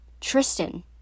Tristan